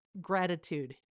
gratitude